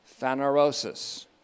Phanerosis